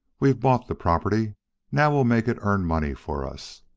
we've bought the property now we'll make it earn money for us.